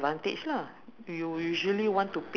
so transport pick up point is